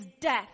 death